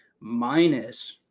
minus